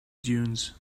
dunes